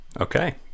okay